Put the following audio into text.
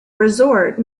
resort